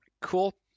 Cool